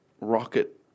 Rocket